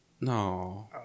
No